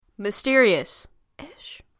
Mysterious-ish